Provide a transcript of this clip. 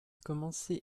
commencé